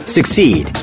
Succeed